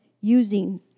using